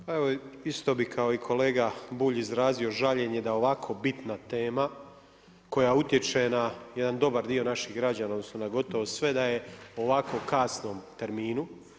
Pa evo, isto bi kao i kolega Bulj izrazio žaljenje da ovako bitna tema koja utječe na jedan dobar dio naših građana, odnosno, na gotovo sve, da je u ovako kasnom terminu.